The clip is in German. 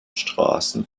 straßen